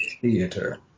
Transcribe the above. theater